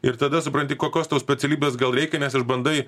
ir tada supranti kokios tau specialybės gal reikia nes išbandai